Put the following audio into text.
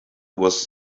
was